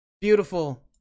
Beautiful